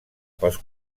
pels